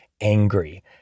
angry